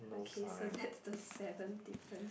okay so that's the seven difference